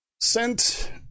sent